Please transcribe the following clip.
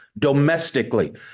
domestically